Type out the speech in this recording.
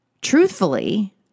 Truthfully